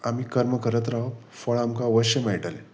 आमी कर्म करत रावप फळ आमकां अवश्य मेळटलें